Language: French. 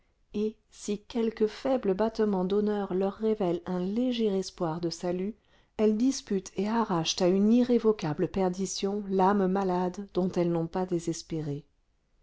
et si quelque faible battement d'honneur leur révèle un léger espoir de salut elles disputent et arrachent à une irrévocable perdition l'âme malade dont elles n'ont pas désespéré